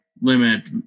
limit